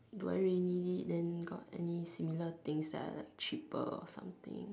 do I really need it then got any similar things that are like cheaper or something